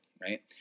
right